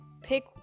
pick